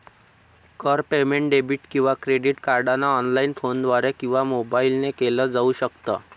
कर payment debit किंवा credit कार्डने ऑनलाइन, फोनद्वारे किंवा मोबाईल ने केल जाऊ शकत